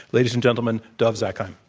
ladies and gentlemen, dov zakheim.